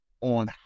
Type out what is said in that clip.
on